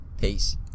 Peace